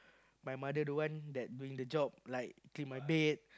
my mother don't want that doing the job like clean my bed